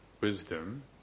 wisdom